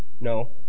no